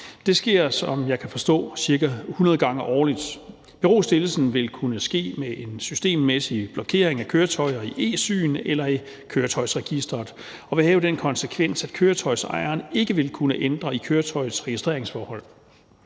Det sker, som jeg kan forstå det, ca. 100 gange årligt. Berostillelsen vil kunne ske med en systemmæssig blokering af køretøjet i eSyn eller i Køretøjsregisteret og vil have den konsekvens, at køretøjsejeren ikke vil kunne ændre i køretøjets registreringsforhold.